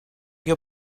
your